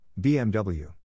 BMW